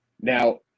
now